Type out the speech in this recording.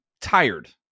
tired